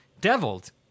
deviled